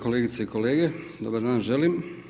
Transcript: kolegice i kolege, dobar dan želim.